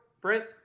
Brent